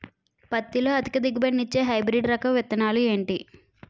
పత్తి లో అధిక దిగుబడి నిచ్చే హైబ్రిడ్ రకం విత్తనాలు ఏంటి